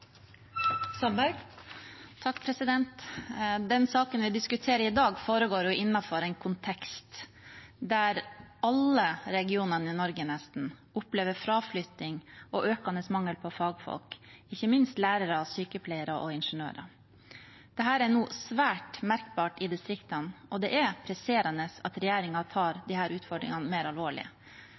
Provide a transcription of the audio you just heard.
Den saken vi diskuterer i dag, foregår innenfor en kontekst der nesten alle regionene i Norge opplever fraflytting og økende mangel på fagfolk, ikke minst lærere, sykepleiere og ingeniører. Dette er nå svært merkbart i distriktene, og det er presserende at regjeringen tar disse utfordringene mer alvorlig.